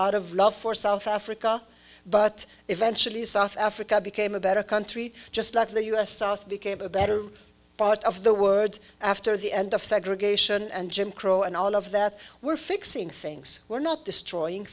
out of love for south africa but eventually south africa became a better country just like the us south became a better part of the word after the end of segregation and jim crow and all of that were fixing things were not destroying